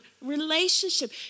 relationship